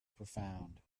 profound